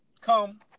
come